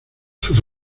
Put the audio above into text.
sus